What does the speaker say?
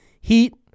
Heat